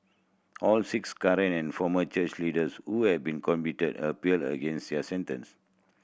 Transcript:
all six current and former church leaders who have been convicted appealed against their sentence